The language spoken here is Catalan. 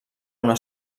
una